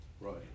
Right